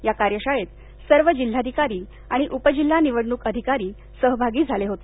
या कार्यशाळेत सर्व जिल्हाधिकारी आणि उपजिल्हा निवडणूक अधिकारी सहभागी झाले होते